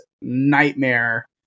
nightmare